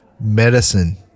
medicine